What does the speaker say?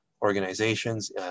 organizations